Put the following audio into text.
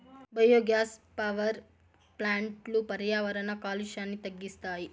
biogas power ప్లాంట్లు పర్యావరణ కాలుష్యాన్ని తగ్గిస్తాయి